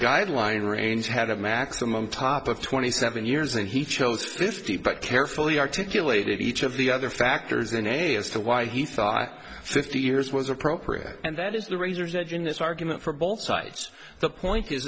guideline range had a maximum top of twenty seven years and he chose fifty but carefully articulated each of the other factors in a as to why he thought fifty years was appropriate and that is the razor's edge in this argument from both sides the point is